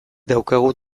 daukagu